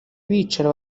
bicara